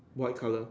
what color